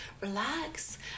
Relax